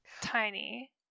tiny